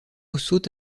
saute